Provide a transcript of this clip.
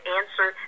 answer